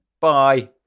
Bye